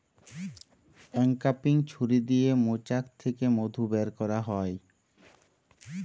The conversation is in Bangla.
অংক্যাপিং ছুরি দিয়ে মোচাক থ্যাকে মধু ব্যার ক্যারা হয়